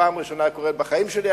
פעם ראשונה קורה בחיים שלי,